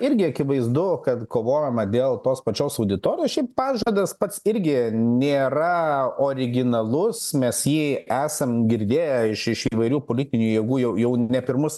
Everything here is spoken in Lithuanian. irgi akivaizdu kad kovojama dėl tos pačios auditorijos šiaip pažadas pats irgi nėra originalus mes jį esam girdėję iš iš įvairių politinių jėgų jau jau ne pirmus